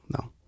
no